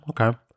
Okay